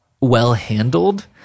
well-handled